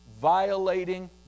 violating